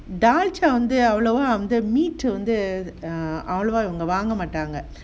தால்சா வந்து அவ்ளவோ வந்து:dhalsa vanthu avlavo vanthu meat வந்து அவ்ளவோ இவங்க வாங்க மாட்டாங்க:vanthu avlavo ivanga vaanga maatanga